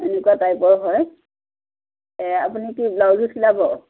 এনেকুৱা টাইপৰ হয় এই আপুনি কি ব্লাউজো চিলাব